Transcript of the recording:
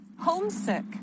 homesick